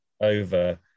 over